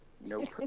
nope